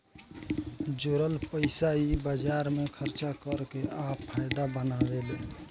जोरल पइसा इ बाजार मे खर्चा कर के आ फायदा बनावेले